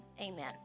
Amen